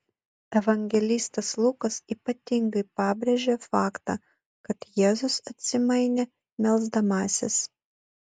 evangelistas lukas ypatingai pabrėžia faktą kad jėzus atsimainė melsdamasis